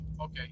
okay